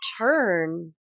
turn